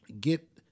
get